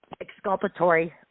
exculpatory